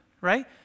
right